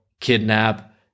kidnap